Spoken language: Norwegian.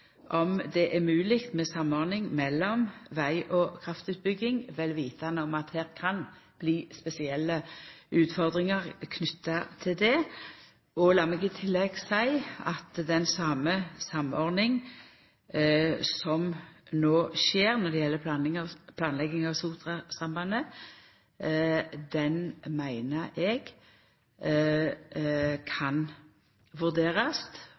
om det er mogleg med ei samordning mellom veg- og kraftutbygging, vel vitande om at det kan bli spesielle utfordringar knytte til det. Lat meg i tillegg seia at den same samordninga som no skjer når det gjeld planlegginga av Sotrasambandet, meiner eg kan vurderast